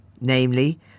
namely